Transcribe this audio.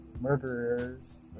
murderers